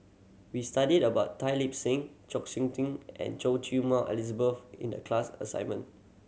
we studied about Tan Lip Seng Chng Seok Tin and Choy Su Moi Elizabeth in the class assignment